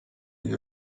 are